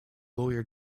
lawyer